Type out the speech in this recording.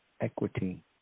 equity